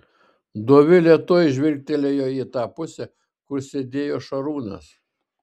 dovilė tuoj žvilgtelėjo į tą pusę kur sėdėjo šarūnas